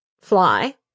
fly